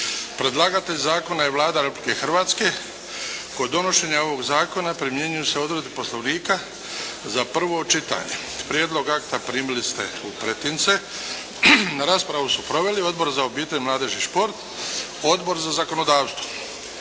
Predlagatelj zakona je Vlada Republike Hrvatske. Kod donošenja ovog zakona primjenjuju se odredbe Poslovnika za prvo čitanje. Prijedlog akta primili ste u pretince. Raspravu su proveli Odbor za obitelj, mladež i šport, Odbor za zakonodavstvo.